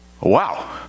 wow